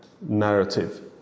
narrative